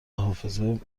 حافظه